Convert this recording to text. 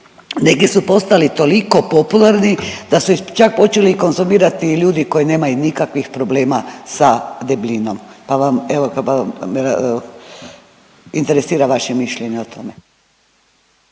Neki su postali toliko popularni da su ih čak počeli i konzumirati i ljudi koji nemaju nikakvih problema sa debljinom, pa vam evo, pa vam, interesira vaše mišljenje o tome.